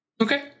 Okay